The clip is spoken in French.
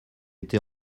été